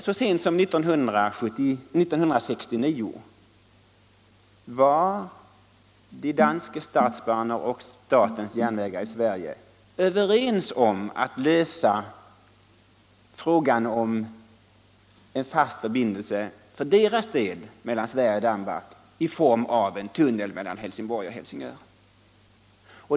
Så sent som 1969 var De danske Statsbaner och statens järnvägar i Sverige överens om att lösa frågan om en fast förbindelse för deras del mellan Sverige och Danmark i form av en tunnel mellan Helsingborg och Helsingör.